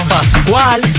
Pascual